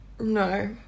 No